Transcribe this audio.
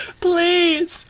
PLEASE